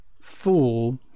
fool